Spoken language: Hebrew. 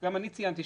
גם אני ציינתי,